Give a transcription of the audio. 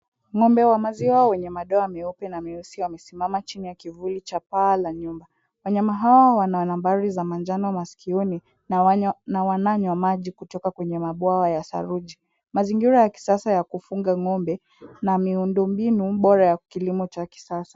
Ng'ombe wa maziwa wenye madoa meupe na meusi wamesimama chini ya kivuli cha paa la nyumba. Wanyama hawa wana nambari za manjano maskioni na wananywa maji kutoka kwenye mabwawa ya saruji. Mazingira ya kisasa ya kufuga ng'ombe na miundombinu bora ya kilimo cha kisasa.